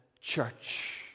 church